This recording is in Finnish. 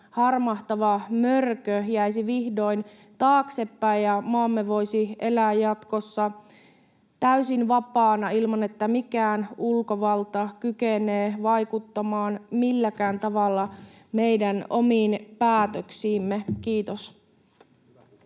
harmahtava mörkö jäisi vihdoin taaksepäin ja maamme voisi elää jatkossa täysin vapaana, ilman että mikään ulkovalta kykenee vaikuttamaan milläkään tavalla meidän omiin päätöksiimme. — Kiitos.